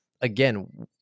again